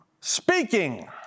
speaking